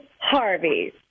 Harvey